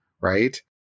right